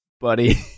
buddy